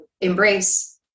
embrace